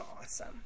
awesome